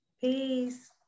peace